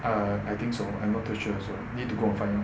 err I think so I'm not too sure so I need to go and find out